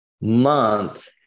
month